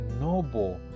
noble